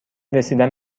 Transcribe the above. رسیدن